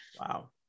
Wow